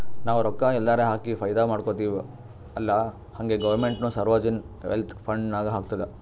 ನಾವು ರೊಕ್ಕಾ ಎಲ್ಲಾರೆ ಹಾಕಿ ಫೈದಾ ಮಾಡ್ಕೊತಿವ್ ಅಲ್ಲಾ ಹಂಗೆ ಗೌರ್ಮೆಂಟ್ನು ಸೋವರ್ಜಿನ್ ವೆಲ್ತ್ ಫಂಡ್ ನಾಗ್ ಹಾಕ್ತುದ್